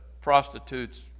prostitute's